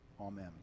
Amen